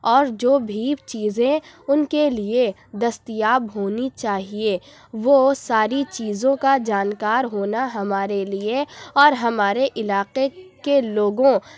اور جو بھی چیزیں ان کے لیے دستیاب ہونی چاہئیں وہ ساری چیزوں کا جانکار ہونا ہمارے لیے اور ہمارے علاقے کے لوگوں